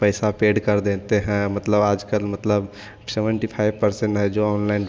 पैसा पेड़ कर देते हैं मतलब आजकल मतलब सेवेंटी फाइव परसेंट है जो ऑनलाइन